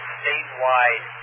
statewide